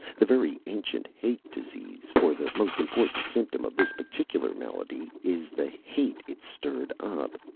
the very ancient hate disease for the most important symptom of this particular malady is the hate it's stirred up.